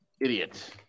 idiot